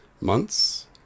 months